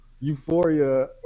Euphoria